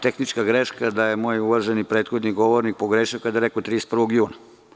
tehnička greška, da je moj uvaženi prethodni govornik pogrešio kada je rekao 31. juna.